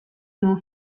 non